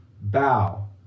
bow